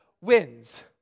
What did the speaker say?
wins